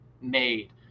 made